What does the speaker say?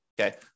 okay